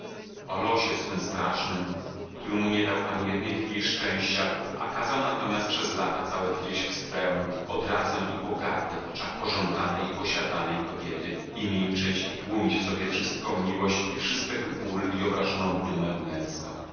o losie swym strasznym który mu nie dał ani jednej chwili szczęścia a kazał natomiast przez lata całe widzieć wstręt odrazę i pogardę w oczach pożądanej i posiadanej kobiety i milczeć i tłumić w sobie wszystką miłość i wszystek ból i obrażoną dumę męską